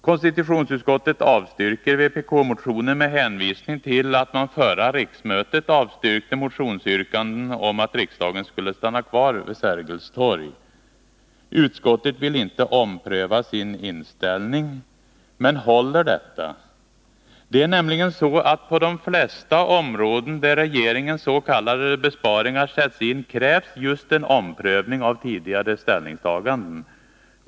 Konstitutionsutskottet avstyrker vpk-motionen med hänvisning till att man under förra riksmötet avstyrkte motionsyrkanden om att riksdagen skulle stanna kvar vid Sergels torg. Utskottet vill inte ompröva sin inställning. Men håller detta? Det är nämligen så, att på de flesta områden där regeringenss.k. besparingar sätts in krävs just en omprövning av tidigare ställningstaganden.